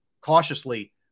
cautiously